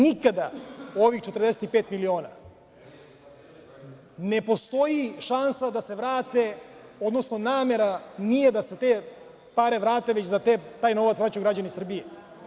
Nikada ovih 45 miliona ne postoji šansa da se vrate, odnosno namera nije da se te pare vrate, već da taj novac vraćaju građani Srbije.